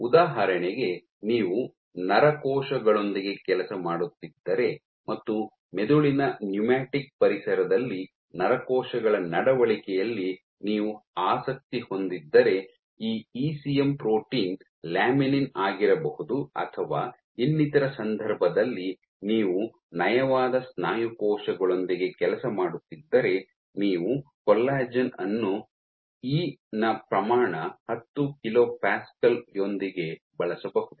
ಉದಾಹರಣೆಗೆ ನೀವು ನರಕೋಶಗಳೊಂದಿಗೆ ಕೆಲಸ ಮಾಡುತ್ತಿದ್ದರೆ ಮತ್ತು ಮೆದುಳಿನ ನ್ಯೂಮ್ಯಾಟಿಕ್ ಪರಿಸರದಲ್ಲಿ ನರಕೋಶಗಳ ನಡವಳಿಕೆಯಲ್ಲಿ ನೀವು ಆಸಕ್ತಿ ಹೊಂದಿದ್ದರೆ ಈ ಇಸಿಎಂ ಪ್ರೋಟೀನ್ ಲ್ಯಾಮಿನಿನ್ ಆಗಿರಬಹುದು ಅಥವಾ ಇನ್ನಿತರ ಸಂದರ್ಭದಲ್ಲಿ ನೀವು ನಯವಾದ ಸ್ನಾಯು ಕೋಶಗಳೊಂದಿಗೆ ಕೆಲಸ ಮಾಡುತ್ತಿದ್ದರೆ ನೀವು ಕೊಲ್ಲಾಜೆನ್ ಅನ್ನು ಇ ನ ಪ್ರಮಾಣ ಹತ್ತು ಕಿಲೋ ಪ್ಯಾಸ್ಕಲ್ ಯೊಂದಿಗೆ ಬಳಸಬಹುದು